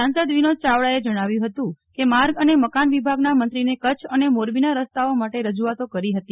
સંસદ વિનોદ યાવડાએ જણાવ્યું હતું કે માર્ગ અને મકાન વિભાગના મંત્રીને કચ્છ અને મોરબીના રસ્તાઓ માટે રજુઆતો કરી હતી